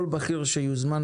כל בכיר שיוזמן,